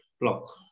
block